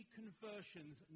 conversions